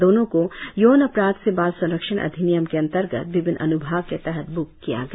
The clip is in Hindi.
दोनों को यौन अपराध से बाल संरक्षण अधिनियम के अंतर्गत विभिन्न अन्भाग के तहत ब्क किया गया